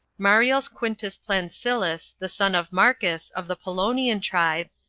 mareils quintus plancillus, the son of marcus, of the pollian tribe,